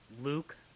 Luke